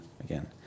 again